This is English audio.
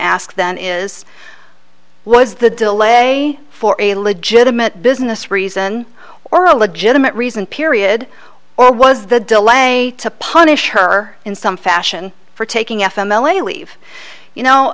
ask then is was the delay for a legitimate business reason or a legitimate reason period or was the delay to punish her in some fashion for taking f m l a leave you know